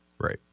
Right